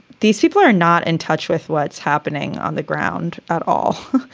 these people are not in touch with what's happening on the ground at all.